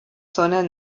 zonas